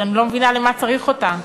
שאני לא מבינה למה צריך אותה.